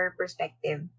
perspective